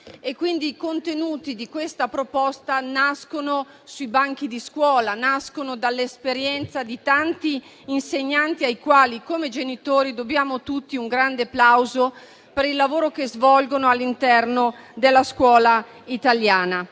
I contenuti di questa proposta nascono sui banchi di scuola e nascono dall'esperienza di tanti insegnanti, ai quali, come genitori, dobbiamo tutti un grande plauso per il lavoro che svolgono all'interno della scuola italiana.